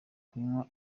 kunywa